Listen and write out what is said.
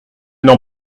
n’en